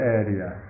area